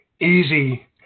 easy